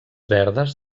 verdes